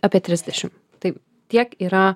apie trisdešim tai tiek yra